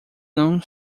não